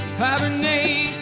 hibernate